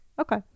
Okay